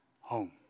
home